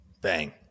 Bang